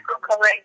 correct